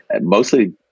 mostly